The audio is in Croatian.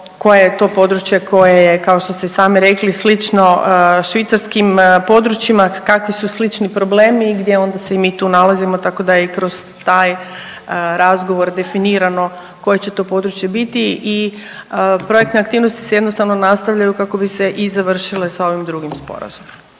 koje je to područje koje je kao što ste i sami rekli, slično švicarskim područjima, kakvi si slični problemi i gdje onda se i mi tu nalazimo, tako da je i kroz taj razgovor definirano koje će to područje biti i projektne aktivnosti se jednostavno nastavljaju kako bi se i završile sa ovim drugim sporazumom.